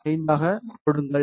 5 ஆகக் கொடுங்கள்